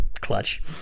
clutch